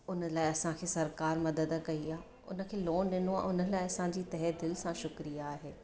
हुन लाइ असांखे सरकारि मदद कई आहे हुनखे लोन ॾिनो आहे हुन लाइ असांजी तहे दिलि सां शुक्रिया आहे